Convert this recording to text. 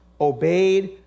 obeyed